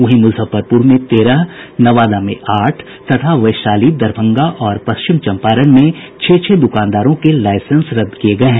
वहीं मुजफ्फरपुर में तेरह नवादा में आठ तथा वैशाली दरभंगा और पश्चिमी चम्पारण में छह छह द्वानदारों के लाईसेंस रद्द किये गये हैं